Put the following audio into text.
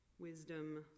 wisdom